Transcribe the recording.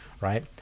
Right